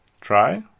Try